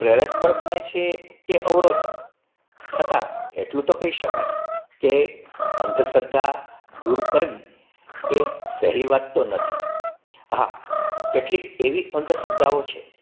પ્રેરક બળ બને છે કે અવરોધક છતાં એટલું તો કહી શકાય કે અંધશ્રદ્ધા દૂર કરવી એ સહેલી વાત તો નથી હા કેટલી એવી અંધશ્રદ્ધાઓ છે